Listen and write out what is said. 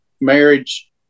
marriage